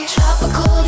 Tropical